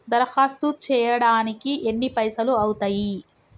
దరఖాస్తు చేయడానికి ఎన్ని పైసలు అవుతయీ?